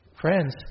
Friends